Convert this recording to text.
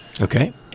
Okay